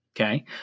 Okay